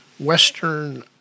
Western